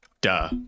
Duh